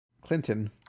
Clinton